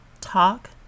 Talk